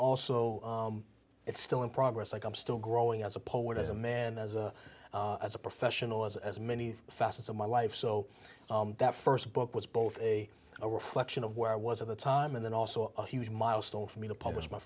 also it's still in progress like i'm still growing as a poet as a man as a as a professional as as many facets of my life so that st book was both a a reflection of where i was at the time and then also a huge milestone for me to publish my